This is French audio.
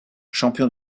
champion